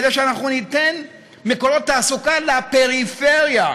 כדי שאנחנו ניתן מקורות תעסוקה לפריפריה.